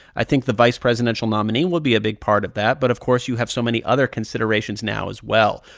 i think the vice presidential nominee will be a big part of that. but, of course, you have so many other considerations now as well.